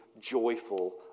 joyful